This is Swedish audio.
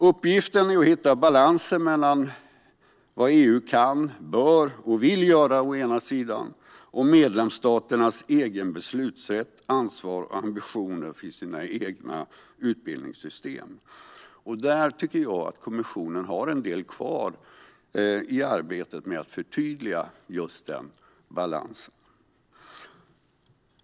Uppgiften är att hitta balansen mellan vad EU kan, bör och vill göra å ena sidan och medlemsstaternas egen beslutsrätt, ansvar och ambitioner för sina egna utbildningssystem å andra sidan. Jag tycker att kommissionen har en del kvar i arbetet med att förtydliga denna balans.